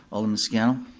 alderman scannell?